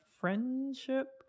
friendship